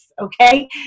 okay